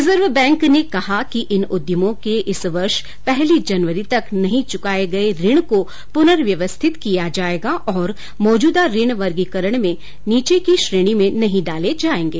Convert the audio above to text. reserve Bank ने कहा है कि इन उद्यमों के इस वर्षे पहली जनवरी तक नहीं चुकाए गये ऋण को पुनर्व्यवस्थित किया जाएगा और मौजूदा ऋण वर्गीकरण में नीचे की श्रेणी में नहीं डाले जाएंगे